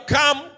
come